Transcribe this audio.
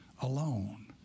alone